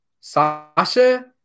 Sasha